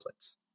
templates